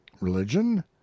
Religion